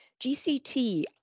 GCT